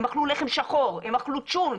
הם אכלו לחם שחור, הם אכלו צולנט.